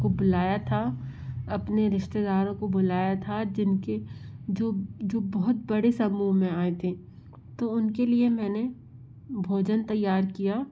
को बुलाया था अपने रिश्तेदारों को बुलाया था जिनके जो जो बहुत बड़े समूह में आए थे तो उनके लिए मैंने भोजन तैयार किया